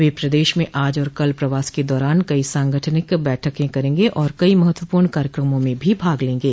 वे प्रदेश में आज और कल प्रवास के दौरान कई सांगठनिक बैठकें करेंगे एवं कई महत्वपूर्ण कार्यक्रमों में भी भाग लेंगे